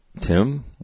Tim